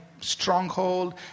stronghold